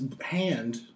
hand